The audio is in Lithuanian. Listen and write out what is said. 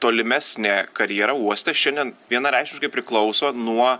tolimesnė karjera uoste šiandien vienareikšmiškai priklauso nuo